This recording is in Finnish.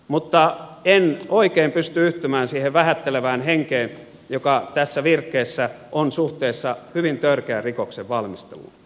mutta en oikein pysty yhtymään siihen vähättelevään henkeen joka tässä virkkeessä on suhteessa hyvin törkeän rikoksen valmisteluun